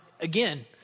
again